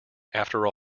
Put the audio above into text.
after